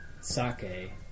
sake